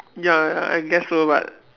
ya I guess so but